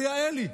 ויעלי,